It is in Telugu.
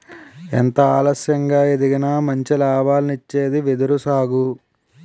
ఎంతో ఆలస్యంగా ఎదిగినా మంచి లాభాల్నిచ్చింది వెదురు సాగు